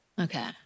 Okay